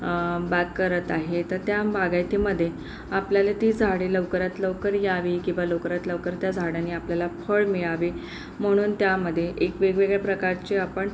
बाग करत आहे तर त्या बागायतीमध्ये आपल्याला ती झाडे लवकरात लवकर यावी किंवा लवकरात लवकर त्या झाडांनी आपल्याला फळ मिळावे म्हणून त्यामध्ये एक वेगवेगळ्या प्रकारचे आपण